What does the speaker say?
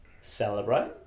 celebrate